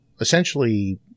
essentially